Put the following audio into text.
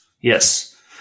Yes